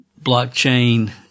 blockchain